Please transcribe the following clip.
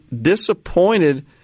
disappointed